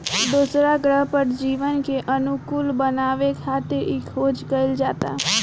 दोसरा ग्रह पर जीवन के अनुकूल बनावे खातिर इ खोज कईल जाता